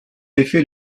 effet